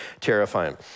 terrifying